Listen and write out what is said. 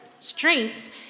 strengths